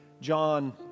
John